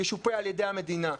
ישופה על ידי המדינה.